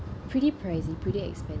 pretty pricey pretty